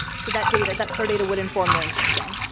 so that data that star data would inform their instruction